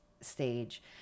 stage